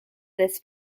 this